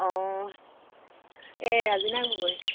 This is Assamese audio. অঁ এই ৰাজীনা গগৈ